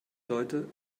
sollte